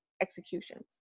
executions